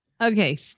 Okay